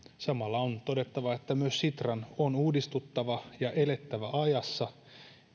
samalla on todettava että myös sitran on uudistuttava ja elettävä ajassa